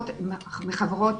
מחברות